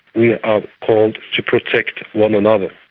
we are called to protect one another.